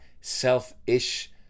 selfish